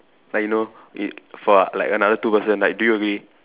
like you know if for like another two person like do you agree